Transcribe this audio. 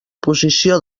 posició